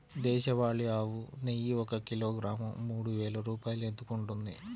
దేశవాళీ ఆవు నెయ్యి ఒక కిలోగ్రాము మూడు వేలు రూపాయలు ఎందుకు ఉంటుంది?